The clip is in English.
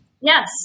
Yes